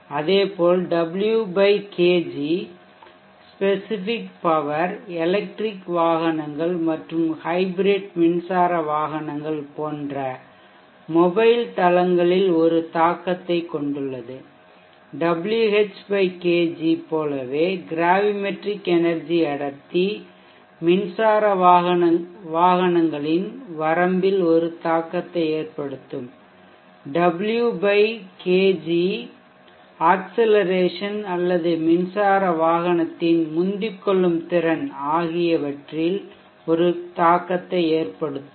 அதேபோல் W kg specific power electric வாகனங்கள் மற்றும் ஹைப்ரிட் மின்சார வாகனங்கள் போன்ற மொபைல் தளங்களில் ஒரு தாக்கத்தை கொண்டுள்ளது Wh kg போலவே கிராவிமெட்ரிக் எனெர்ஜி அடர்த்தி மின்சார வாகனங்களின் வரம்பில் ஒரு தாக்கத்தை ஏற்படுத்தும் W kg முடுக்கம் ஆக்சலெரேசன் அல்லது மின்சார வாகனத்தின் முந்திக்கொள்ளும் திறன் ஆககிவவற்றில் ஒரு தாக்கத்தை ஏற்ப்படுத்தும்